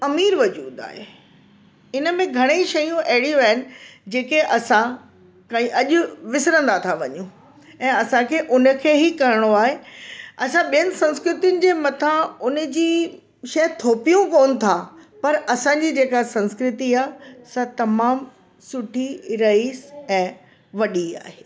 अमीरु वजूद आहे इन में घणेई शयूं अहिड़ियूं आहिनि जिन खे असां प्राइ अॼु विसरंदा था वञूं ऐं असांखे उन खे ई करिणो आहे असां ॿेअनि संस्कृतियुनि जे मथा उन जी शइ थोपियूं कोनि था पर असांजी जेका संस्कृति आहे असां तमामु सुठी रहीस ऐं वॾी आहे